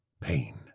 pain